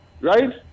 Right